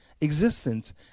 existence